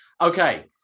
Okay